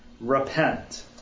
Repent